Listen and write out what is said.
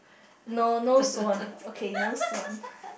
no no swan okay no swan